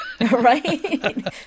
Right